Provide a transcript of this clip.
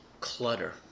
Clutter